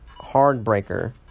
Hardbreaker